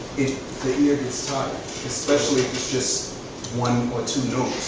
the ear gets tired especially if it's just one or two notes